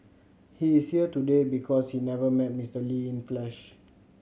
he is here today because he never met Mister Lee in flesh